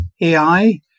AI